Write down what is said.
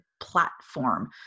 platform